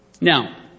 Now